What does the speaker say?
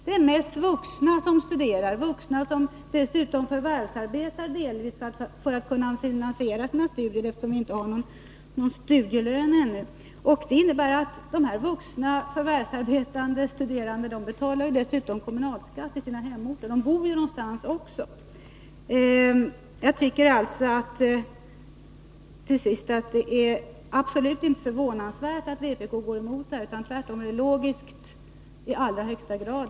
Det är mest vuxna som studerar, vuxna som dessutom delvis förvärvsarbetar för att kunna finansiera sina studier, eftersom vi inte har någon studielön ännu. Det innebär att de vuxna förvärvsarbetande som studerar betalar kommunal skatt i sina hemorter — de bor ju någonstans också. Det är absolut inte förvånansvärt att vpk går emot det här utan det är tvärtom logiskt i allra högsta grad.